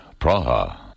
Praha